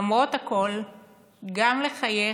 למרות הכול / גם לחייך,